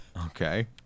Okay